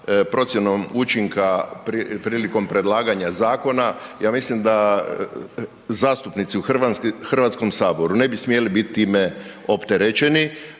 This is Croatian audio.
procjenom učinka prilikom predlaganja zakona. Ja mislim da zastupnici u Hrvatskom saboru ne bi smjeli biti time opterećeni